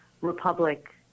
Republic